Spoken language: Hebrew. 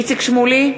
שמולי,